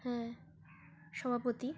হ্যাঁ সভাপতি